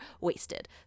wasted